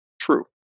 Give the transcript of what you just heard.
True